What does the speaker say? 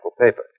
paper